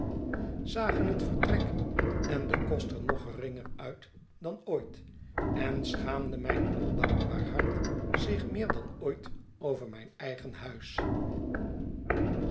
zagen het vertrek en de kost er nog geringer uit dan ooit en schaamde mijn ondankbaar hart zich meer dan ooit over mijn eigen huis